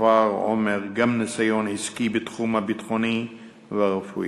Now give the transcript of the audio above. עמר צבר גם ניסיון עסקי בתחום הביטחוני והרפואי.